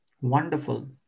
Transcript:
Wonderful